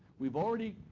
we've already.